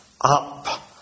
up